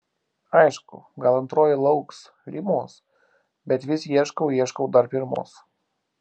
aišku gal antroji lauks rymos bet vis ieškau ieškau dar pirmos